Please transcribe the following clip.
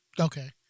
Okay